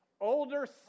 older